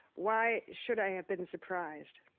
why should i have been surprised?